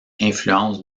influence